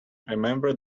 remember